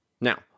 Now